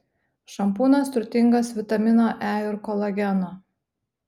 šampūnas turtingas vitamino e ir kolageno